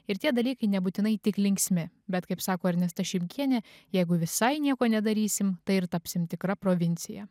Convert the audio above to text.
ir tie dalykai nebūtinai tik linksmi bet kaip sako ernesta šimkienė jeigu visai nieko nedarysim tai ir tapsim tikra provincija